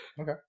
Okay